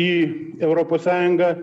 į europos sąjungą